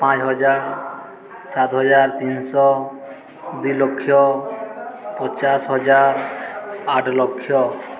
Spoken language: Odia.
ପାଞ୍ଚ ହଜାର ସାତ ହଜାର ତିନି ଶହ ଦୁଇ ଲକ୍ଷ ପଚାଶ ହଜାର ଆଠ ଲକ୍ଷ